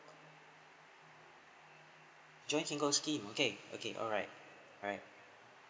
joint single scheme okay okay alright alright